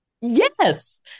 yes